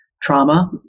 trauma